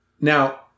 Now